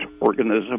organism